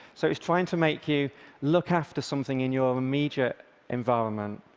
so it was trying to make you look after something in your immediate environment,